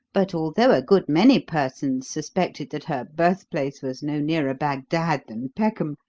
but although a good many persons suspected that her birthplace was no nearer bagdad than peckham,